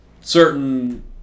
certain